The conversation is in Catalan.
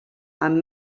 amb